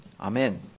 Amen